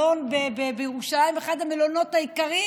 מלון בירושלים, אחד המלונות היקרים,